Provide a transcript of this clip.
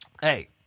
hey